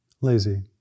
lazy